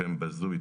שם בזוי,